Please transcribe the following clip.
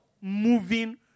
Moving